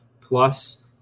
plus